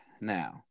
now